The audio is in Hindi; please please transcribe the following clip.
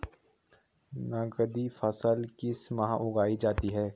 नकदी फसल किस माह उगाई जाती है?